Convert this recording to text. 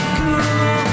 cool